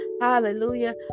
hallelujah